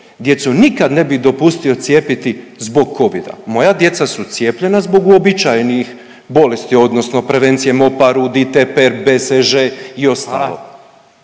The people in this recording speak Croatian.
djecu nikad ne bi dopustio cijepiti zbog covida. Moja djeca su cijepljena zbog uobičajenih bolesti odnosno prevencije MoPaRu, DiTePer, BCG i ostalog